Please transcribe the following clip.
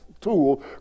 tool